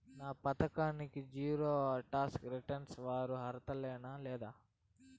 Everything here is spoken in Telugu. ఈ పథకానికి జీరో టాక్స్ రిటర్న్స్ వారు అర్హులేనా లేనా?